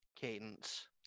Cadence